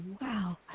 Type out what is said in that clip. wow